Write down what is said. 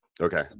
Okay